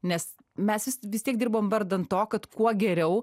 nes mes vis vis tiek dirbam vardan to kad kuo geriau